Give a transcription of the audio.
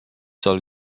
سال